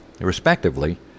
respectively